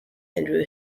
andrew